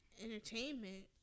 entertainment